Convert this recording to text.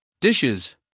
dishes